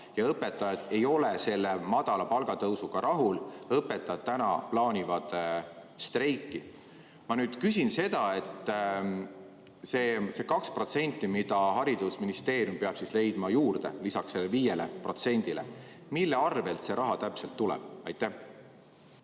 Õpetajad ei ole selle madala palgatõusuga rahul, õpetajad plaanivad streiki. Aga ma küsin seda: see 2%, mis haridusministeerium peab juurde leidma lisaks sellele 5%‑le, mille arvel see raha täpselt tuleb? Aitäh!